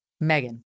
Megan